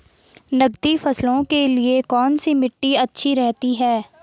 नकदी फसलों के लिए कौन सी मिट्टी अच्छी रहती है?